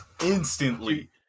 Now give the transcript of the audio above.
instantly